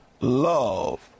love